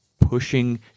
pushing